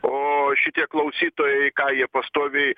o šitie klausytojai ką jie pastoviai